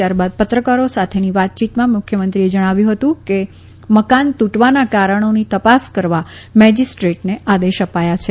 ત્યારબાદ પત્રકારો સાથેની વાતયીતમાં મુખ્યમંત્રીએ જણાવ્યું હતું કે મકાન તૂટવાના કારણોની તપાસ કરવા મેજીસ્ટ્રેટને આદેશ અપાયા છે